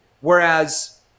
Whereas